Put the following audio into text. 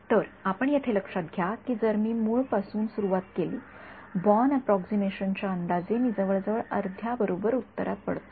तर आपण येथे लक्षात घ्या की जर मी मूळपासून सुरुवात केली बॉर्न अप्रॉक्सिमेशनच्या अंदाजे मी जवळजवळ अर्ध्या बरोबर उत्तरात पडतो